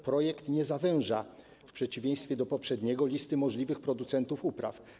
Projekt nie zawęża, w przeciwieństwie do poprzedniego, listy możliwych producentów upraw.